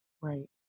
Right